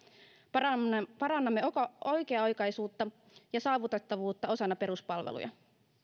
parannamme parannamme oikea aikaisuutta ja saavutettavuutta osana peruspalveluja